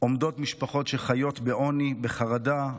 עומדות משפחות שחיות בעוני, בחרדה.